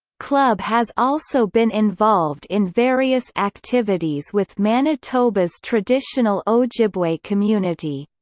clubb has also been involved in various activities with manitoba's traditional ojibway community.